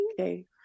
Okay